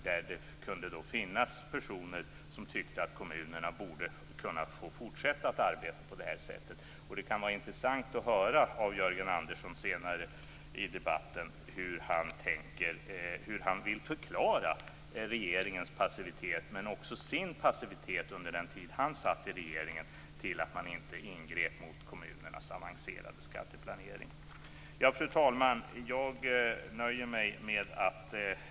Det kunde finnas personer som tyckte att kommunerna borde kunna få fortsätta att arbeta så. Det kunde vara intressant att få höra av Jörgen Andersson senare i debatten hur han vill förklara regeringens passivitet, men också hans passivitet under den tid han satt i regeringen att inte ingripa mot kommunernas avancerade skatteplanering. Fru talman!